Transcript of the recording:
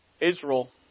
Israel